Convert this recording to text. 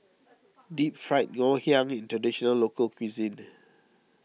Deep Fried Ngoh Hiang is a Traditional Local Cuisine